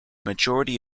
majority